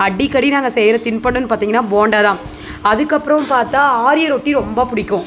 அடிக்கடி நாங்கள் செய்கிற தின்பண்டம்னு பார்த்திங்கன்னா போண்டாதான் அதுக்கப்புறோம் பார்த்தா ஆரிய ரொட்டி ரொம்ப பிடிக்கும்